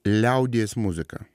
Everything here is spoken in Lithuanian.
liaudies muzika